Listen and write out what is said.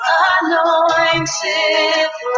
anointed